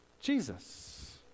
Jesus